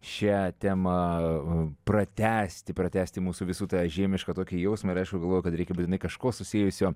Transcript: šią temą pratęsti pratęsti mūsų visų tą žiemišką tokį jausmą ir aišku galvojau kad reikia būtinai kažko susiejusio